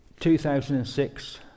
2006